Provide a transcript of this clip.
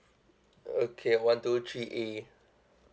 okay one two three A